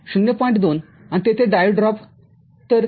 २ आणि तेथे डायोड ड्रॉपतर ०